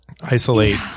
isolate